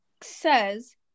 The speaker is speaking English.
says